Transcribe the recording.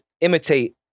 imitate